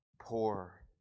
poor